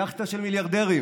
יאכטה של מיליארדרים,